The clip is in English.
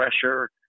pressure